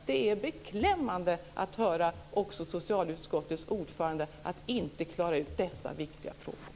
Det är beklämmande att höra att inte heller socialutskottets ordförande klarar ut dessa viktiga frågor.